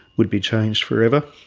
would be changed forever.